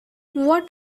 what